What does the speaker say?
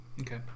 Okay